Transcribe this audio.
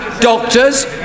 Doctors